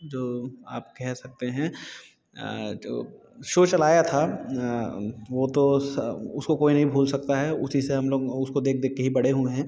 जो आप कह सकते हैं जो शो चलाया था वो तो उस उसको कोई नहीं भूल सकता है उसी से हम लोग उसको देख देख के ही बड़े हुए हैं